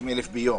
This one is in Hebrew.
150,000 ביום.